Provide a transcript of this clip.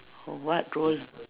what role